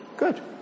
Good